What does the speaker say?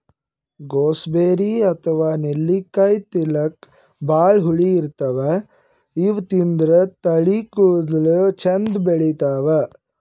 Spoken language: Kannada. ಗೂಸ್ಬೆರ್ರಿ ಅಥವಾ ನೆಲ್ಲಿಕಾಯಿ ತಿಲ್ಲಕ್ ಭಾಳ್ ಹುಳಿ ಇರ್ತವ್ ಇವ್ ತಿಂದ್ರ್ ತಲಿ ಕೂದಲ ಚಂದ್ ಬೆಳಿತಾವ್